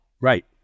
Right